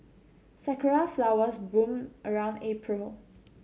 sakura flowers bloom around April